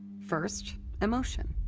first, emotion.